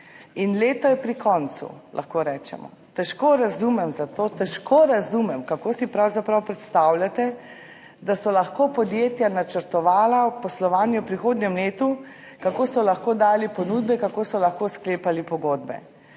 Leto je pri koncu, lahko rečemo, zato težko razumem, kako si pravzaprav predstavljate, da so lahko podjetja načrtovala poslovanje v prihodnjem letu, kako so lahko dali ponudbe, kako so lahko sklepali pogodbe,